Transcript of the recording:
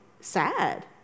sad